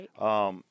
Right